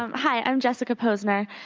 um hi, i'm jessica posener.